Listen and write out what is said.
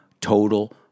total